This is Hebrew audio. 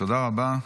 תודה רבה.